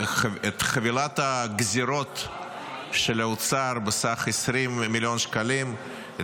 חבילת הגזרות של האוצר בסך 20 מיליון שקלים,